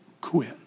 quit